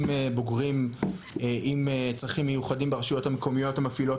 בוגרים עם צרכים מיוחדים ברשויות המקומיות המפעילות